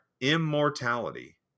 immortality